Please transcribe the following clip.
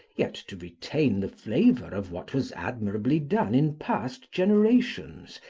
yet to retain the flavour of what was admirably done in past generations,